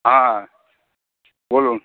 হ্যাঁ বলুন